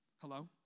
Hello